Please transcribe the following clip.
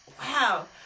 Wow